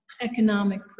economic